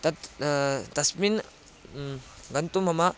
तत् तस्मिन् गन्तुं मम